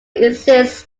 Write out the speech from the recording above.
insists